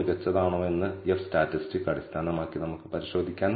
ഈ വിലയിരുത്തൽ നടത്താൻ നിരവധി മാർഗങ്ങളുണ്ട് അവയിൽ ചിലത് നമ്മൾ പരിശോധിക്കും